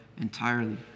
entirely